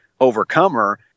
Overcomer